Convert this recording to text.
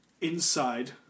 Inside